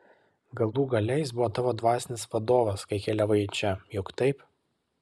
galų gale jis buvo tavo dvasinis vadovas kai keliavai į čia juk taip